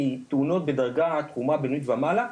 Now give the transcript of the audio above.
בתאונות בדרגת חומרה בינונית ומעלה,